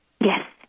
Yes